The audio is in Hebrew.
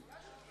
אנחנו הגשנו.